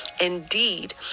indeed